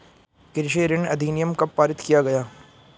कृषि ऋण अधिनियम कब पारित किया गया?